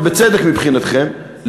ובצדק מבחינתכם,